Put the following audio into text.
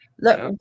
Look